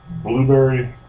Blueberry